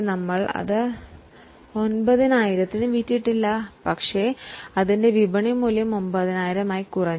നമ്മൾ ഇതുവരെ സ്റ്റോക്ക് 9000 ന് വിറ്റിട്ടില്ല പക്ഷേ അതിന്റെ മാർക്കറ്റ് വാല്യൂ 9000 ആയി കുറഞ്ഞു